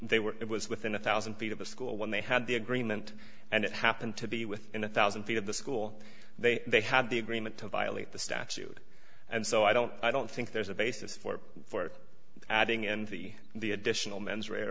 they were it was within a one thousand feet of a school when they had the agreement and it happened to be within a one thousand feet of the school they they had the agreement to violate the statute and so i don't i don't think there's a basis for for adding and the the additional mens rea re